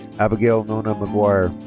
abigail nona maguire.